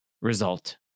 result